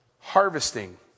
harvesting